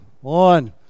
One